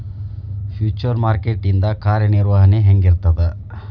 Future market ಇಂದ್ ಕಾರ್ಯನಿರ್ವಹಣಿ ಹೆಂಗಿರ್ತದ?